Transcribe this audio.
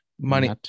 money